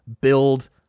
build